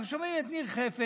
אנחנו שומעים את ניר חפץ,